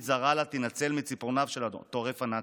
זרה לה תינצל מציפורניו של הטורף הנאצי.